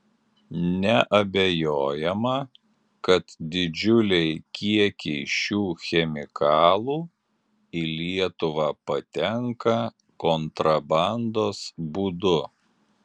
neabejojama kad didžiuliai kiekiai šių chemikalų į lietuvą patenka kontrabandos būdu